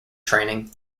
training